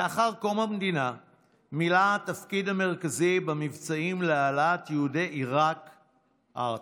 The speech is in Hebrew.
לאחר קום המדינה מילא תפקיד מרכזי במבצעים להעלאת יהודי עיראק ארצה.